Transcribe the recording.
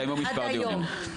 היו מספר דיונים.